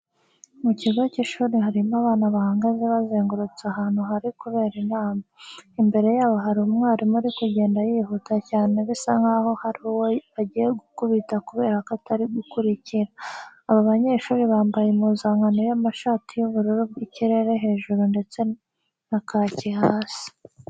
Mu kigo cy'ishuri harimo abana bahagaze bazengurutse ahantu hari kubera inama. Imbere yabo hari umwarimu uri kugenda yihuta cyane bisa nkaho hari uwo agiye gukubita kubera ko atari gukurikira. Aba banyeshuri bambaye impuzankano y'amashati y'ubururu bw'ikirere hejuru ndetse na kaki hasi.